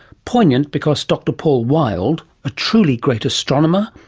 poignant because dr paul wild, a truly great astronomer,